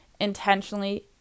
intentionally